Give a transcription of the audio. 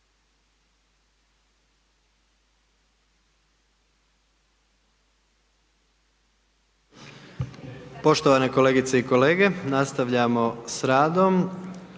Poštovane kolegice i kolege nastavljamo sa radom,